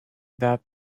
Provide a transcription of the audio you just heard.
that